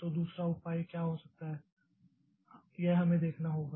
तो दूसरा उपाय क्या हो सकता है यह हमें देखना होगा